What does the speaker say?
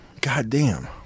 goddamn